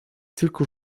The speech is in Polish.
tylko